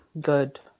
good